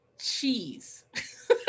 Cheese